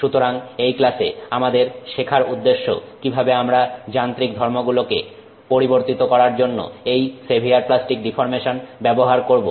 সুতরাং এই ক্লাসে আমাদের শেখার উদ্দেশ্য কিভাবে আমরা যান্ত্রিক ধর্মগুলোকে পরিবর্তিত করার জন্য এই সেভিয়ার প্লাস্টিক ডিফর্মেশনকে ব্যবহার করব